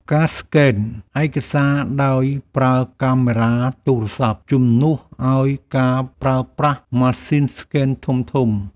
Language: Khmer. ការស្កេនឯកសារដោយប្រើកាមេរ៉ាទូរស័ព្ទ ជំនួសឱ្យការប្រើប្រាស់ម៉ាស៊ីនស្កេនធំៗ។